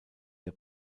der